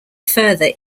further